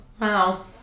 Wow